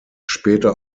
später